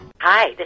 Hi